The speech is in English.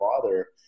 father